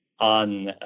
on